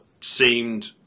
seemed